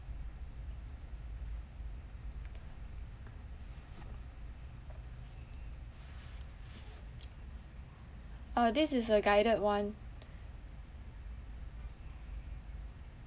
uh this is a guided [one]